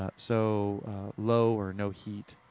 ah so low or no heat,